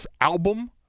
album